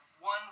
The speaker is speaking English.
one